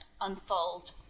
unfold